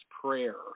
Prayer